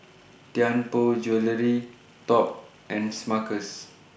Tianpo Jewellery Top and Smuckers